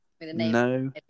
No